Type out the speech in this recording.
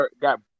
got